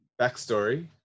Backstory